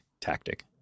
tactic